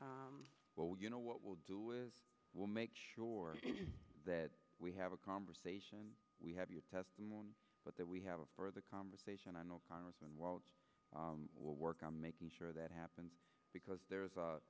where well you know what we'll do with we'll make sure that we have a conversation we have your testimony but that we have a further conversation i know congressman well we'll work on making sure that happens because there is a